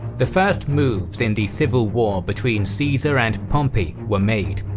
the first moves in the civil war between caesar and pompey were made.